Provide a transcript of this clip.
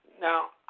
Now